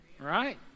right